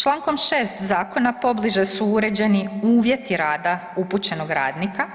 Čl. 6. zakona pobliže su uređeni uvjeti rada upućenog radnika